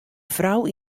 frou